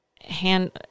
hand